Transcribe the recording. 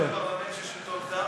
אתה חבר הפרלמנט של שלטון זר?